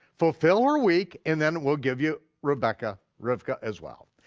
fulfill her week, and then we'll give you rebekah, rivkah, as well.